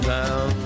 Town